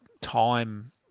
time